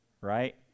right